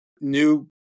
new